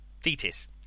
Thetis